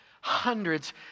hundreds